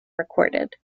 recorded